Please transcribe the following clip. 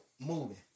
moving